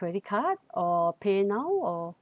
credit card or paynow or